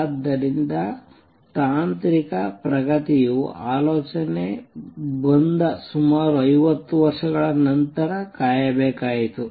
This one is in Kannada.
ಆದ್ದರಿಂದ ತಾಂತ್ರಿಕ ಪ್ರಗತಿಯು ಆಲೋಚನೆ ಬಂದ ಸುಮಾರು 50 ವರ್ಷಗಳ ನಂತರ ಕಾಯಬೇಕಾಯಿತು